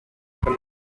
metals